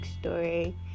story